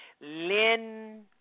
Lynn